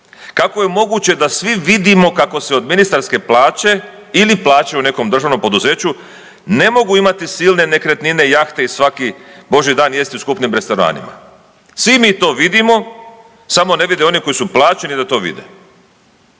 Kako je moguće da svi vidimo kako se od ministarske plaće, ili plaće u nekom državnom poduzeću, ne mogu imati silne nekretnine, jahte i svaki božji dan jesti u skupim restoranima. Svi mi to vidimo, samo ne vide oni koji su plaćeni da to vide.